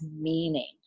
meaning